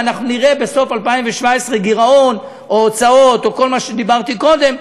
ואנחנו נראה בסוף 2017 גירעון או הוצאות או כל מה שדיברתי קודם,